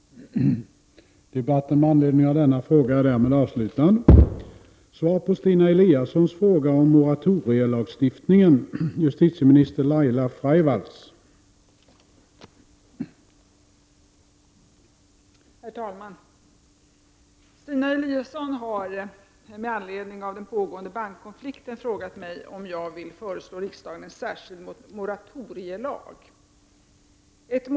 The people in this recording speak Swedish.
I åtskilliga fall har från myndigheter, hyresvärdar och företag hotats med förseningsavgifter, straffavgifter, dröjsmålsränta etc. Därför förefaller en särskild moratorielag behövas.